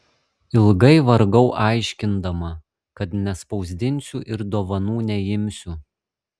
ilgai vargau aiškindama kad nespausdinsiu ir dovanų neimsiu